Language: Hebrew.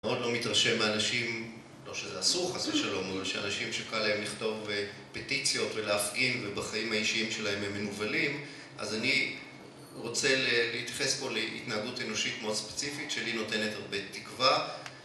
מאוד לא מתרשם מאנשים, לא שזה אסור חס ושלום, אלא שאנשים שקל להם לכתוב פטיציות ולהפגין ובחיים האישיים שלהם הם מנובלים. אז אני רוצה להתייחס פה להתנהגות אנושית מאוד ספציפית שלי נותנת הרבה תקווה.